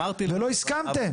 ולא הסכמתם.